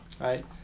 right